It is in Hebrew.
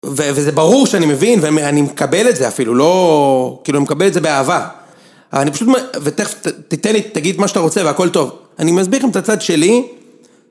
וזה ברור שאני מבין ואני מקבל את זה אפילו. לא... כאילו אני מקבל את זה באהבה. אני פשוט... ותכף תתן לי... תגיד מה שאתה רוצה, והכל טוב. אני מסביר לכם את הצד שלי